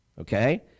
Okay